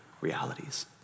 realities